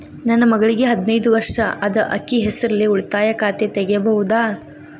ನನ್ನ ಮಗಳಿಗೆ ಹದಿನೈದು ವರ್ಷ ಅದ ಅಕ್ಕಿ ಹೆಸರಲ್ಲೇ ಉಳಿತಾಯ ಖಾತೆ ತೆಗೆಯಬಹುದಾ?